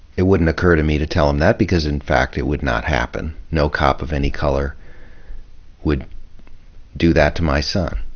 it wouldn't occur to me to tell him that because in fact it would not happen. no cop of any color would do that to my son.